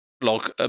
Blog